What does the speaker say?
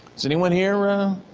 does anyone here